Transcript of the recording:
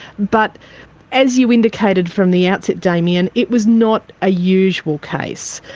but as you indicated from the outset, damien, it was not a usual case.